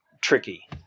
tricky